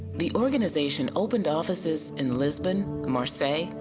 the organization opened offices in lisbon, marr say,